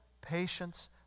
patience